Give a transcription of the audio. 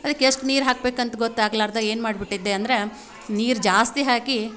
ಅದಕ್ಕೆ ಎಷ್ಟು ನೀರು ಹಾಕ್ಬೇಕು ಅಂತ ಗೊತ್ತಾಗಲಾರ್ದ ಏನು ಮಾಡಿಬಿಟ್ಟಿದ್ದೆ ಅಂದರೆ ನೀರು ಜಾಸ್ತಿ ಹಾಕಿ